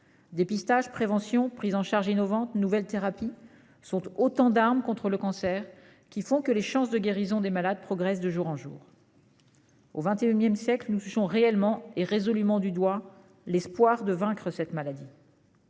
Dépistage, prévention, prises en charge innovantes, nouvelles thérapies ... sont autant d'armes contre le cancer, qui font que les chances de guérison des malades progressent de jour en jour. Au XXI siècle, nous touchons réellement et résolument du doigt l'espoir de vaincre cette maladie.